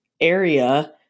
area